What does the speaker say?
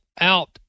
out